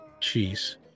cheese